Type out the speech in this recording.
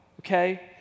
okay